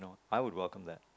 I would welcome that